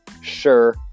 Sure